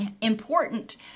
important